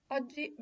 Oggi